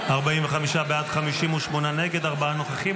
45 בעד, 58 נגד, ארבעה נוכחים.